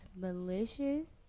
malicious